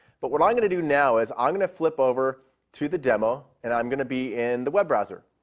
but what i'm going to do now is i'm going to flip over to the demo, and i'm going to be in the web browser.